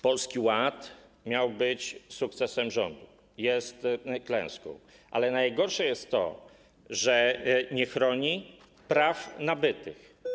Polski Ład miał być sukcesem rządu, jest klęską, ale najgorsze jest to, że nie chroni praw nabytych.